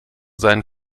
sein